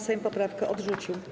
Sejm poprawkę odrzucił.